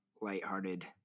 lighthearted